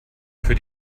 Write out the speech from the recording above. für